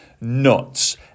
nuts